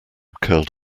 curled